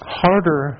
harder